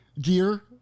gear